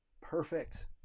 perfect